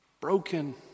Broken